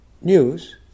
news